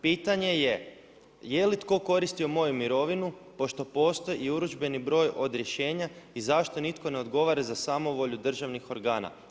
Pitanje je jeli tko koristio moju mirovinu pošto postoji urudžbeni broj od rješenja i zašto nitko ne odgovara za samovolju državnih organa?